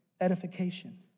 edification